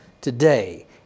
today